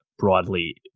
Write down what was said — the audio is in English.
Broadly